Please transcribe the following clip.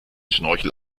schnorchel